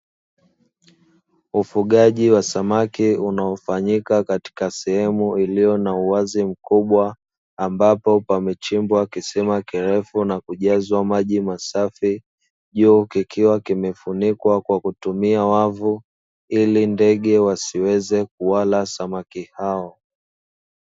Ufugaji wa samaki unaofanyika katika sehemu iliyo na uwazi mkubwa ambapo pamechimbwa kisima kirefu na kujazwa maji masafi, juu kikiwa kimefunikwa kwa kutumia wavu ili ndege wasiweze kuwala samaki hao.